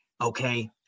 okay